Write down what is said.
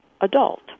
adult